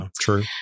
true